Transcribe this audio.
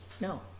No